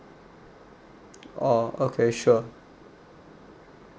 oh okay sure